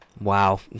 Wow